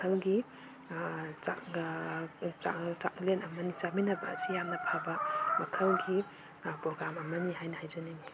ꯃꯈꯜꯒꯤ ꯆꯥꯛꯂꯦꯟ ꯑꯃꯅꯤ ꯆꯥꯃꯤꯟꯅꯕ ꯑꯁꯤ ꯌꯥꯝꯅ ꯐꯕ ꯃꯈꯜꯒꯤ ꯄ꯭ꯔꯣꯒꯥꯝ ꯑꯃꯅꯤ ꯍꯥꯏꯅ ꯍꯥꯏꯖꯅꯤꯡꯏ